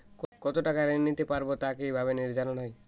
কতো টাকা ঋণ নিতে পারবো তা কি ভাবে নির্ধারণ হয়?